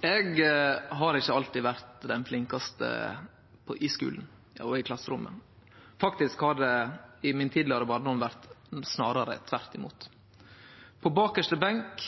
Eg har ikkje alltid vore den flinkaste i skulen og i klasserommet. Faktisk var det i min tidlegare barndom snarare tvert imot: på bakarste benk,